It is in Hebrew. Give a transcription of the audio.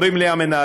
אומרים לי המנהלים,